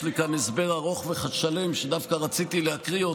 יש לי כאן הסבר ארוך ושלם שדווקא רציתי להקריא,